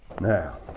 Now